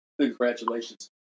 congratulations